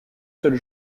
seule